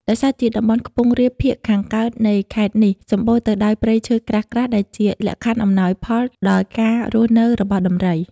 ដោយសារជាតំបន់ខ្ពង់រាបភាគខាងកើតនៃខេត្តនេះ សម្បូរទៅដោយព្រៃឈើក្រាស់ៗ ដែលជាលក្ខខណ្ឌអំណោយផលដល់ការរស់នៅរបស់ដំរី។